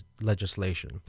legislation